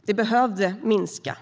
Mottagandet behövde minskas,